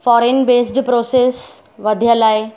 foreign based process वधियल आहे